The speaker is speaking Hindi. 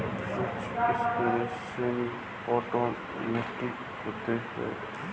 कुछ स्प्रेयर सेमी ऑटोमेटिक होते हैं